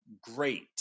great